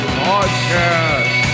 podcast